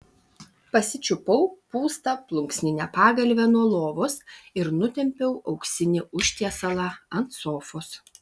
pasičiupau pūstą plunksninę pagalvę nuo lovos ir nutempiau auksinį užtiesalą ant sofos